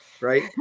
Right